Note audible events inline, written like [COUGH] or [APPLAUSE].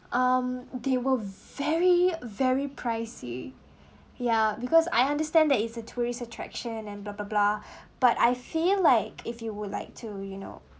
um they will very very pricey ya because I understand that it's a tourist attraction and blah blah blah [BREATH] but I feel like if you would like to you know